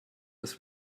dass